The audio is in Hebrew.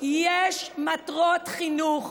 יש מטרות חינוך,